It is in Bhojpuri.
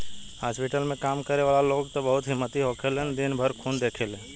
हॉस्पिटल में काम करे वाला लोग त बहुत हिम्मती होखेलन दिन भर खून देखेले